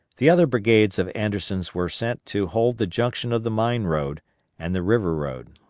the other brigades of anderson's were sent to hold the junction of the mine road and the river road.